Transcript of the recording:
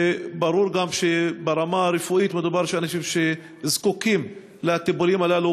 וברור שגם ברמה הרפואית מדובר באנשים שזקוקים לטיפולים הללו,